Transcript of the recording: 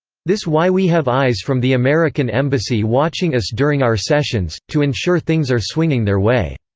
this why we have eyes from the american embassy watching us during our sessions, to ensure things are swinging their way.